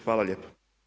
Hvala lijepo.